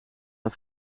dan